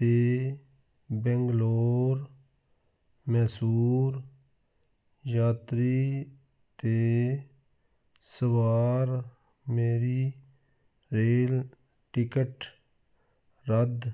'ਤੇ ਬੈਂਗਲੋਰ ਮੈਸੂਰ ਯਾਤਰੀ 'ਤੇ ਸਵਾਰ ਮੇਰੀ ਰੇਲ ਟਿਕਟ ਰੱਦ